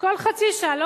כל חצי שעה,